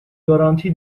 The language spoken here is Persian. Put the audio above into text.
گارانتی